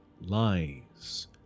lies